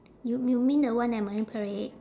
you you mean the one at marine parade